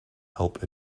help